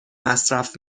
مصرف